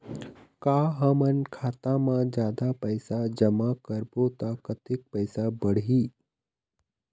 का हमन खाता मा जादा पैसा जमा करबो ता कतेक पैसा बढ़ही?